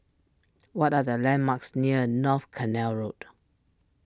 what are the landmarks near North Canal Road